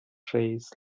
trays